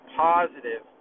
positive